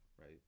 right